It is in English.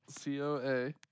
C-O-A